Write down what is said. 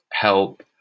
help